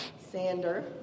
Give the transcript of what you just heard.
Sander